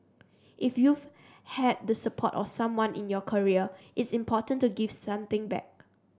if you've had the support of someone in your career it's important to give something back